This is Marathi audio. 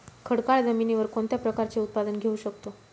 खडकाळ जमिनीवर कोणत्या प्रकारचे उत्पादन घेऊ शकतो?